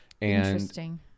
Interesting